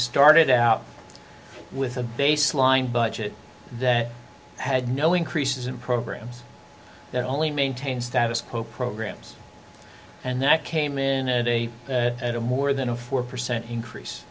started out with a baseline budget that had no increases in programs that only maintain status quo programs and that came in at a at a more than a four percent increase